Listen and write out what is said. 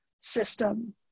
system